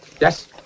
Yes